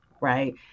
right